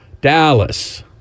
Dallas